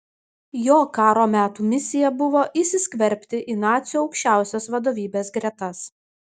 jo karo metų misija buvo įsiskverbti į nacių aukščiausios vadovybės gretas